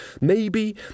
maybe